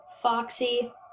Foxy